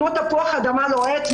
כמו תפוח אדמה לוהט,